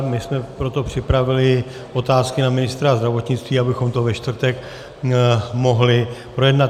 My jsme proto připravili otázky na ministra zdravotnictví, abychom to ve čtvrtek mohli projednat.